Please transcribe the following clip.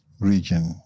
region